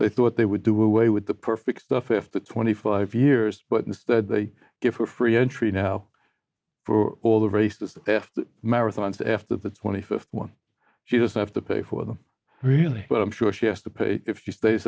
they thought they would do away with the perfect stuff if the twenty five years but instead they give her free entry now for all the races marathons after the twenty first one she doesn't have to pay for them really but i'm sure she has to pay if she stays